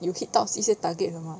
有 hit 到一些 target 了 mah